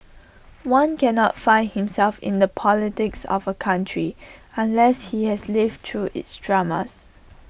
one cannot find himself in the politics of A country unless he has lived through its dramas